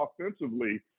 offensively